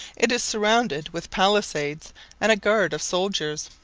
it is surrounded with palisadoes and a guard of soldiers.